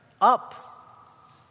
Up